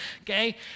okay